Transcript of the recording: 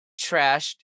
Trashed